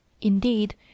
Indeed